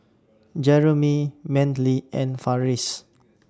Jeremy Manly and Farris